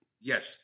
Yes